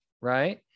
right